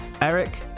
eric